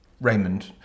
Raymond